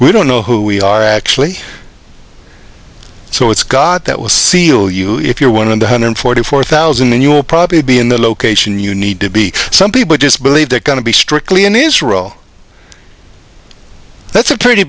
we don't know who we are actually so it's god that was sealed if you're one of the hundred forty four thousand and you will probably be in the location you need to be some people just believe they're going to be strictly in israel that's a pretty